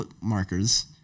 markers